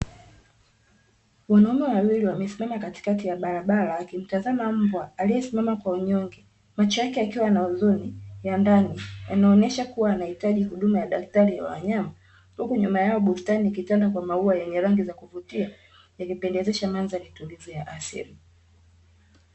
Wanaume wawili wamesimama katikati ya barabara akimtazama mbwa aliyesimama kwa unyonge macho yake yakiwa yana huzuni ya ndani yanaonyesha kuwa anahitaji huduma ya daktari ya wanyama huku nyuma yao bustani likitanda kwa maua yenye rangi za kuvutia ikipendezesha mandhari tulivu ya asili.